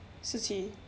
si qi